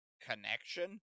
connection